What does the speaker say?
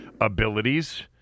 abilities